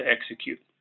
execute